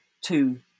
two